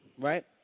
right